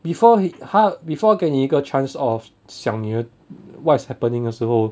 before he 他 before 给你个 chance of 想 what is happening 的时候